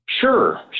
Sure